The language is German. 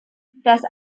dass